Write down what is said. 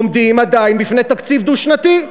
עומדים עדיין בפני תקציב דו-שנתי.